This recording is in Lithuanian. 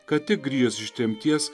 ką tik grįžęs iš tremties